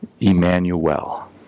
Emmanuel